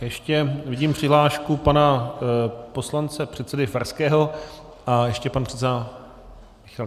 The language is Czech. Ještě vidím přihlášku pana poslance předsedy Farského a ještě pan předseda Michalík.